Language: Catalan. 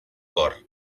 cor